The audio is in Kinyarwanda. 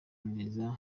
neza